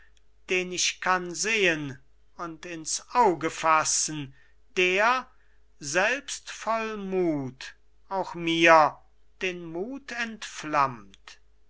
den ich kann sehen und ins auge fassen der selbst voll mut auch mir den mut entflammt